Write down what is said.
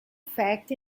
fact